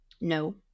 No